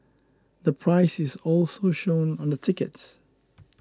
the price is also shown on the tickets